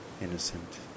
innocent